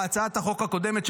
בהצעת החוק הקודמת,